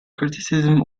criticism